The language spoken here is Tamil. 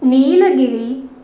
நீலகிரி